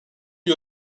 lui